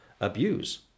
abuse